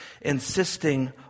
insisting